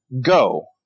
go